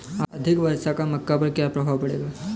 अधिक वर्षा का मक्का पर क्या प्रभाव पड़ेगा?